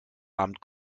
abend